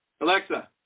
Alexa